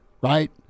right